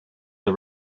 the